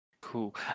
Cool